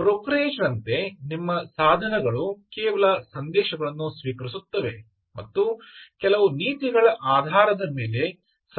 brokerage ನಂತೆ ನಿಮ್ಮ ಸಾಧನೆಗಳು ಕೇವಲ ಸಂದೇಶಗಳನ್ನು ಸ್ವೀಕರಿಸುತ್ತವೆ ಮತ್ತು ಕೆಲವು ನೀತಿಗಳ ಆಧಾರದ ಮೇಲೆ